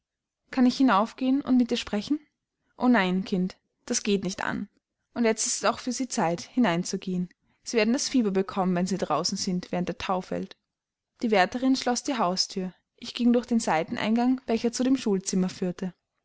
kann ich hinauf gehen und mit ihr sprechen o nein kind das geht nicht an und jetzt ist es auch für sie zeit hinein zu gehen sie werden das fieber bekommen wenn sie draußen sind während der thau fällt die wärterin schloß die hausthür ich ging durch den seiteneingang welcher zu dem schulzimmer führte